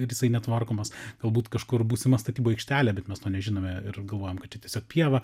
ir jisai netvarkomas galbūt kažkur būsima statybų aikštelė bet mes to nežinome ir galvojam kad čia tiesiog pieva